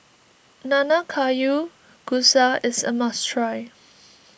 Nanagayu Kusa is a must try